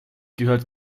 gehört